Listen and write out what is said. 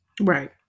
Right